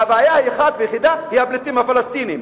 והבעיה האחת והיחידה היא הפליטים הפלסטינים.